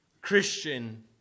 Christian